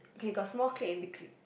okay got small clip and big clip